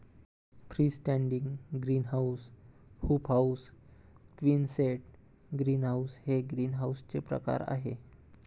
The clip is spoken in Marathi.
free standing greenhouse, hoop house, quonset greenhouse हे ग्रीनहाऊसचे प्रकार आहे